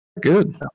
good